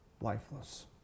lifeless